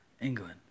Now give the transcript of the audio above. England